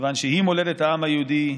כיוון שהיא מולדת העם היהודי.